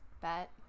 bet